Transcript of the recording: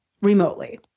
remotely